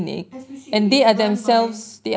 S_P_C_A is run by